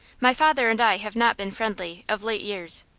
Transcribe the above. my father and i have not been friendly, of late years.